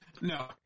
no